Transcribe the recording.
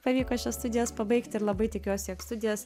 pavyko šias studijas pabaigti ir labai tikiuosi jog studijos